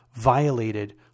violated